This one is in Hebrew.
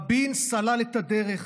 רבין סלל את הדרך.